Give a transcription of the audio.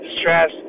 stress